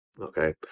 Okay